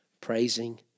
praising